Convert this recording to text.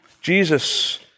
Jesus